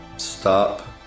Stop